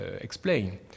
explain